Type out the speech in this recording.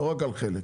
לא רק על חלק.